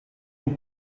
une